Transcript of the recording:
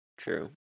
True